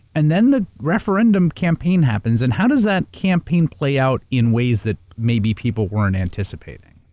and then the referendum campaign happens. and how does that campaign play out in ways that maybe people weren't anticipating?